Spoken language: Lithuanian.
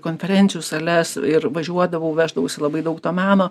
konferencijų sales ir važiuodavau veždavausi labai daug to meno